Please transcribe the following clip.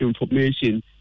information